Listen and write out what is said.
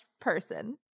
person